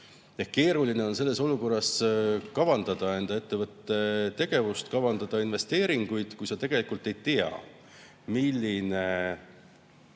Keeruline on sellises olukorras kavandada oma ettevõtte tegevust, kavandada investeeringuid, kui sa tegelikult ei tea, milline